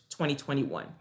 2021